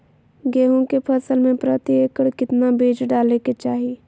गेहूं के फसल में प्रति एकड़ कितना बीज डाले के चाहि?